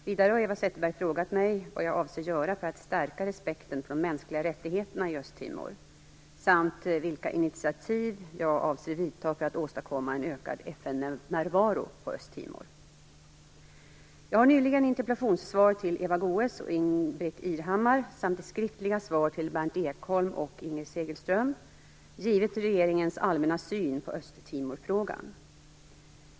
Vidare har Eva Zetterberg frågat mig vad jag avser göra för att stärka respekten för mänskliga rättigheter i Östtimor samt vilka initiativ jag avser att vidta för att åstadkomma en ökad FN-närvaro på Jag har nyligen i interpellationssvar till Eva Goës och Ingbritt Irhammar samt i skriftliga svar till Berndt Ekholm och Inger Segelström gett regeringens allmänna syn på Östtimorfrågan.